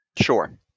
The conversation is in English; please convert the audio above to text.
Sure